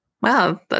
Wow